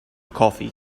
coffee